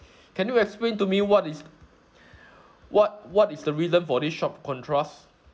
can you explain to me what is what what is the reason for this sharp contrast